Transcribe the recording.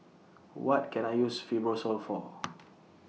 What Can I use Fibrosol For